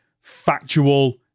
factual